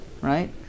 right